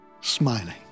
smiling